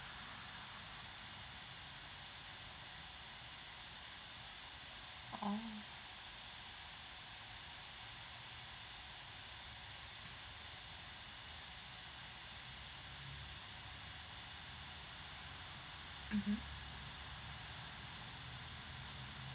oh mmhmm